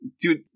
Dude